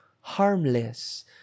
harmless